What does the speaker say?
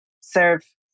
serve